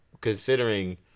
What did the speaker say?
considering